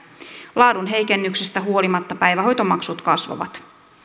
laadun heikennyksistä huolimatta päivähoitomaksut kasvavat